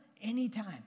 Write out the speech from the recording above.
anytime